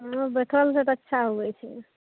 हँ बैठलसे तऽ अच्छा होबै छै